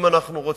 אם אנחנו רוצים,